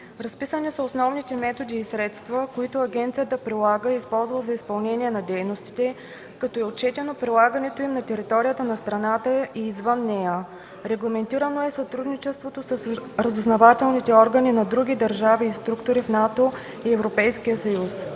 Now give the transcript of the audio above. Разписани са основните методи и средства, които агенцията прилага и използва за изпълнение на дейностите, като е отчетено прилагането им на територията на страната ни и извън нея. Регламентирано е сътрудничеството с разузнавателни органи на други държави и структури в НАТО и ЕС.